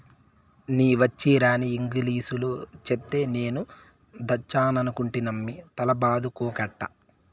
నీ వచ్చీరాని ఇంగిలీసులో చెప్తే నేను దాచ్చనుకుంటినమ్మి తల బాదుకోకట్టా